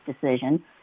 decision